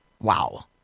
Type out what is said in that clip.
Wow